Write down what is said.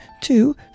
two